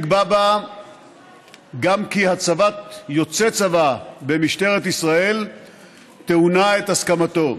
נקבע בה גם כי הצבת יוצא צבא במשטרת ישראל טעונה את הסכמתו.